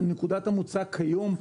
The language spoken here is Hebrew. נקודת המוצא היום,